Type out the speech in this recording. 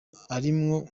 arimwo